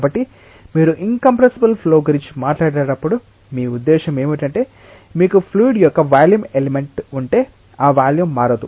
కాబట్టి మీరు incompressible flow గురించి మాట్లాడేటప్పుడు మీ ఉద్దేశ్యం ఏమిటంటే మీకు ఫ్లూయిడ్ యొక్క వాల్యూమ్ ఎలిమెంట్ ఉంటే ఆ వాల్యూమ్ మారదు